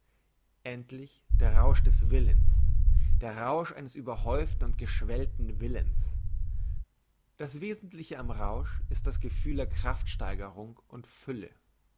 endlich der rausch des willens der rausch eines überhäuften und geschwellten willens das wesentliche am rausch ist das gefühl der kraftsteigerung und fülle